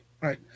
right